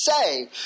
say